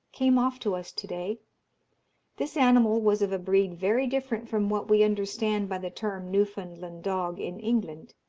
came off to us to-day this animal was of a breed very different from what we understand by the term newfoundland dog in england.